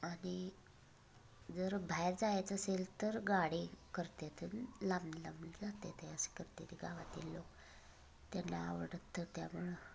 आणि जर बाहेर जायचं असेल तर गाडी करतात लांब लांब जात आहे असं करत आहे ते गावातील लोक त्यांला आवडतं त्यामुळं